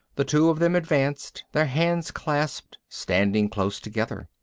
the two of them advanced, their hands clasped, standing close together.